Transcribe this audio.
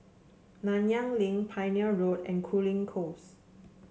Nanyang Link Pioneer Road and Cooling Close